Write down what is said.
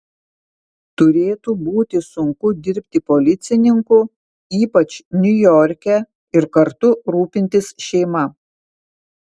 turėtų būti sunku dirbti policininku ypač niujorke ir kartu rūpintis šeima